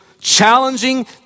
challenging